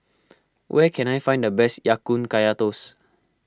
where can I find the best Ya Kun Kaya Toast